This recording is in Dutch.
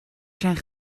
zijn